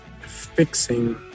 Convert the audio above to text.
fixing